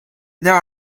there